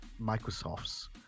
Microsoft's